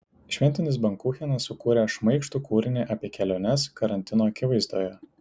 šventinis bankuchenas sukūrė šmaikštų kūrinį apie keliones karantino akivaizdoje